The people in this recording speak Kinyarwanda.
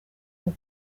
vuba